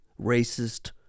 racist